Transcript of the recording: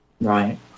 right